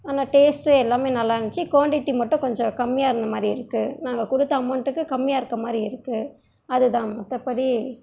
ஆனால் டேஸ்ட்டு எல்லாமே நல்லா இருந்துச்சு குவான்டிட்டி மட்டும் கொஞ்சம் கம்மியாக இருந்த மாதிரி இருக்கு நாங்கள் கொடுத்த அமௌண்ட்டுக்கு கம்மியாக இருக்க மாதிரி இருக்கு அதுதான் மற்றபடி